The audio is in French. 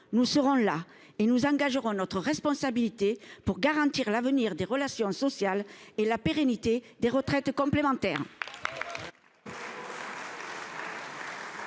opposerions et nous engagerons notre responsabilité pour garantir l’avenir des relations sociales et la pérennité des retraites complémentaires.